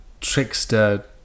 Trickster